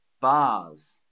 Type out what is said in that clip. Bars